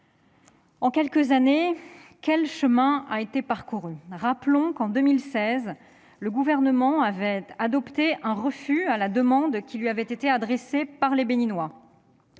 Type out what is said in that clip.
En quelques années, quel chemin a été parcouru ! Rappelons que, en 2016, le Gouvernement avait opposé un refus à la demande qui lui avait été adressée par les Béninois.